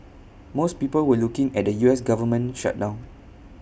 most people were looking at the U S Government shutdown